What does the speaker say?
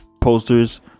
posters